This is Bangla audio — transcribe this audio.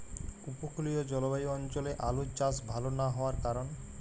উপকূলীয় জলবায়ু অঞ্চলে আলুর চাষ ভাল না হওয়ার কারণ?